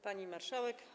Pani Marszałek!